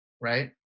right